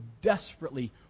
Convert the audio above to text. desperately